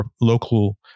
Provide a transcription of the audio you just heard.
local